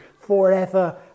forever